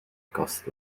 kast